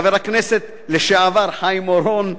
חבר הכנסת לשעבר חיים אורון,